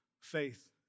faith